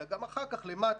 אלא גם אחר כך למטה